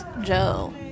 Joe